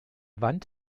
wand